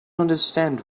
understand